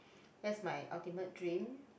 that's my ultimate dream